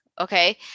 okay